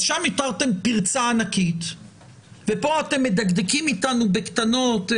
אז שם הותרתם פרצה ענקית וכאן אתם מדקדקים אתנו בקטנות.